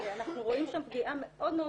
אנחנו רואים שם פגיעה מאוד קשה,